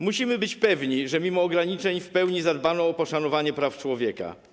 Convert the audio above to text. Musimy być pewni, że mimo ograniczeń w pełni zadbano o poszanowanie praw człowieka.